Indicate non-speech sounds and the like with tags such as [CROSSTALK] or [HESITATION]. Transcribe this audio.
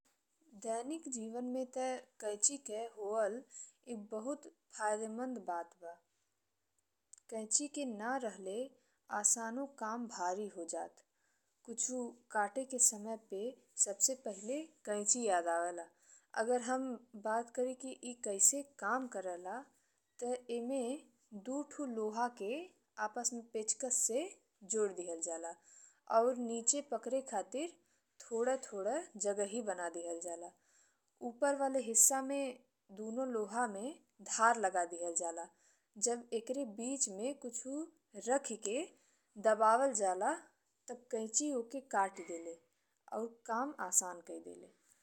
दैनिक जीवन में ते कैंची के होला एक बहुत फायदेमंद बात बा। [HESITATION] कैंची के ने रहल आसानो काम बहुत भारी हो जाट। कुछु काटे के समय पे सबसे पहिले कैंची याद आवेला। अगर हम बात करी कि ई कैसे काम करे ला ते एमे दू थू लोहा के आपस में पेचकस से जो दिहल जाला और नीचे पकरे खातिर थोड़े-थोड़े जगही बना दिहल जाला। ऊपर वाले हिस्सा में [HESITATION] दुनो लोहा में धार लगा दिहल जाला। जब ईकरे बीच में कुछ राखी के दबावल जाला तब कैंची ओके काटी देले और काम आसान कई देले।